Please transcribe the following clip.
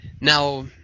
Now